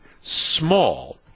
small